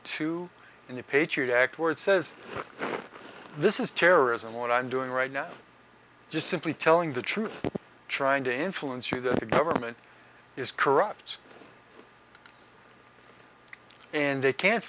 two in the patriot act where it says this is terrorism what i'm doing right now just simply telling the truth trying to influence you that the government is corrupt and they can't